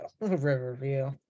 Riverview